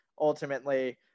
ultimately